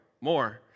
more